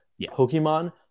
Pokemon